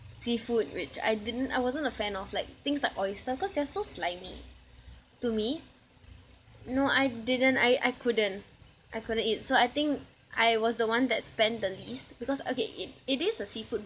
seafood which I didn't I wasn't a fan of like things like oyster cause they're so slimy to me no I didn't I I couldn't I couldn't eat so I think I was the one that spent the least because okay it it is a seafood